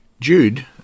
Jude